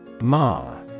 Ma